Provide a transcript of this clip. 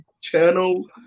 channel